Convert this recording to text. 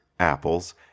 apples